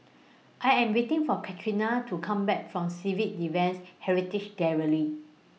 I Am waiting For Katharyn to Come Back from Civil Defence Heritage Gallery